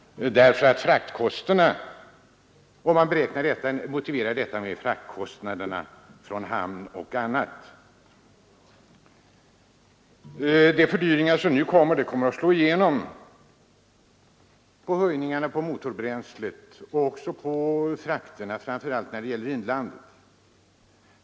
Man motiverar detta med fraktkostnader från bl.a. hamnarna. De fördyringar vi har att vänta kommer att slå igenom även på frakterna. Framför allt gäller detta i inlandet.